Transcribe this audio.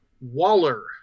Waller